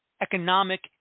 economic